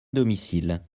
domicile